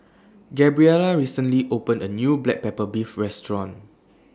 Gabriela recently opened A New Black Pepper Beef Restaurant